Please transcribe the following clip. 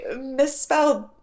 misspelled